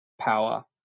power